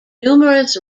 numerous